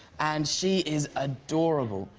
and she is adorable.